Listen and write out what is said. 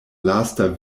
lasta